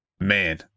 man